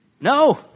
No